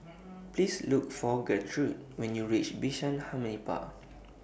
Please Look For Gertrude when YOU REACH Bishan Harmony Park